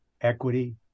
equity